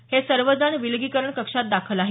हे सर्वजण विलगीकरण कक्षात दाखल आहेत